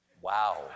Wow